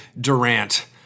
Durant